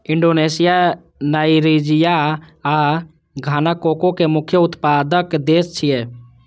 Indonesia, Nigeria आ Ghana cocoa के मुख्य उत्पादक देश छियै